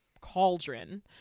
cauldron